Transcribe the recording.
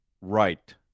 right